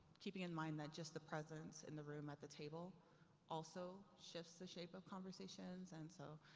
keeping in mind that just the presence in the room at the table also shifts the shape of conversations. and so,